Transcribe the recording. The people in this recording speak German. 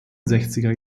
sechziger